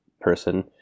person